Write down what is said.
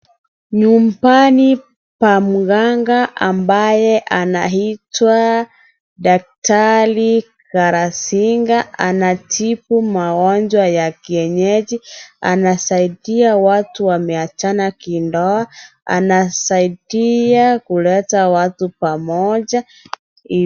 Nyumbani pa mganga ambaye anaitwa daktari Galasinga anatibu magonjwa ya kienyeji anasaidia watu wameachana kindoa, anasaidia kuleta watu pamoja.